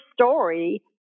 story